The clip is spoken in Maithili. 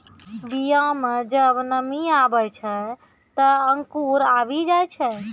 बीया म जब नमी आवै छै, त अंकुर आवि जाय छै